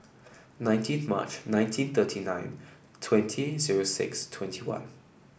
nineteen of March nineteen thirty nine twenty zero six twenty one